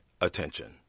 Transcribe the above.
attention